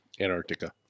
Antarctica